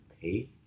pay